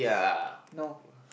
no